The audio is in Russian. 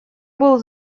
был